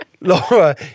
laura